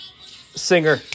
Singer